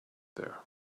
there